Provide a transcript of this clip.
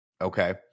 Okay